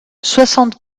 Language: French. soixante